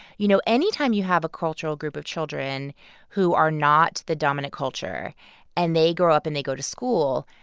you know, anytime you have a cultural group of children who are not the dominant culture and they grow up and they go to school,